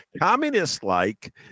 communist-like